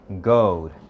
gold